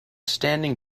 standing